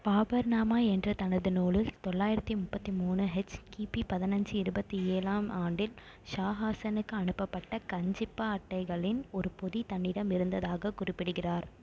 பாபர்னாமா என்ற தனது நூலில் தொள்ளாயிரத்தி முப்பத்தி மூணு ஹெச் கிபி பதினைஞ்சு இருபத்தி ஏழாம் ஆண்டில் ஷாஹாசனுக்கு அனுப்பப்பட்ட கஞ்சிபா அட்டைகளின் ஒரு பொதி தன்னிடம் இருந்ததாக குறிப்பிடுகிறார்